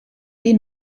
die